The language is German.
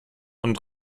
und